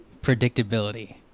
predictability